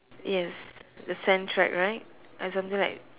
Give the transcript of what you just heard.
yes the sand track right uh something like